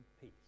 peace